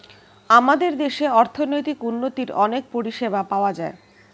আমাদের দেশে অর্থনৈতিক উন্নতির অনেক পরিষেবা পাওয়া যায়